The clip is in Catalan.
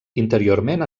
interiorment